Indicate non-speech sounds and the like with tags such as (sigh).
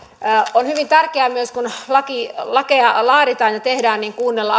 on hyvin tärkeää myös kun lakeja laaditaan ja tehdään kuunnella (unintelligible)